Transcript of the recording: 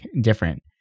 different